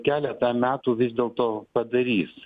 keletą metų vis dėl to padarys